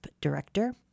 director